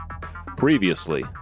Previously